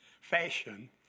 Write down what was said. fashion